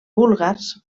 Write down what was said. búlgars